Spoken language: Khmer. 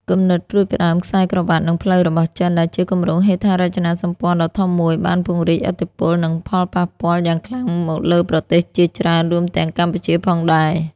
គំនិតផ្តួចផ្តើមខ្សែក្រវាត់ និងផ្លូវរបស់ចិន ដែលជាគម្រោងហេដ្ឋារចនាសម្ព័ន្ធដ៏ធំមួយ បានពង្រីកឥទ្ធិពល និងផលប៉ះពាល់យ៉ាងខ្លាំងមកលើប្រទេសជាច្រើន រួមទាំងកម្ពុជាផងដែរ។